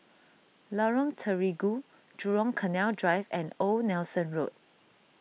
Lorong Terigu Jurong Canal Drive and Old Nelson Road